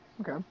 Okay